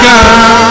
God